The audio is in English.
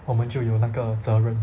我们就有那个责任